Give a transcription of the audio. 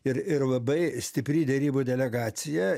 ir ir labai stipri derybų delegacija